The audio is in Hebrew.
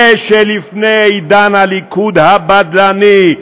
זה שלפני עידן הליכוד הבדלני,